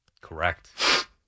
Correct